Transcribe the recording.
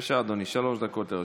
בבקשה, אדוני, שלוש דקות לרשותך.